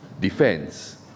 defense